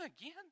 again